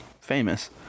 famous